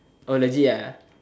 oh legit ah